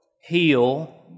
heal